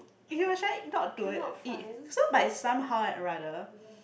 he was trying not to uh eat so but is somehow and rather